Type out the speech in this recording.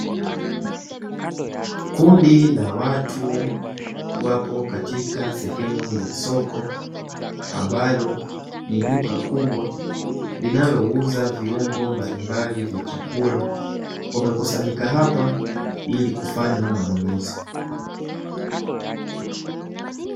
Kundi la watu wapo katika sehemu ya soko, ambalo ni duka kubwa linalouza viungo mbalimbali vya chakula, wamekusanyika hapa ili kufanya manunuzi.